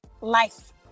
life